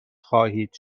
خواهید